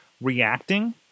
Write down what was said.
reacting